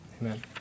Amen